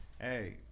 Hey